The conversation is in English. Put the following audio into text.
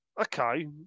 okay